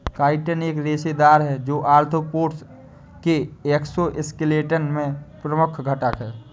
chitin एक रेशेदार है, जो आर्थ्रोपोड्स के एक्सोस्केलेटन में प्रमुख घटक है